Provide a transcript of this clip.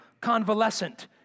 convalescent